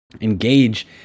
Engage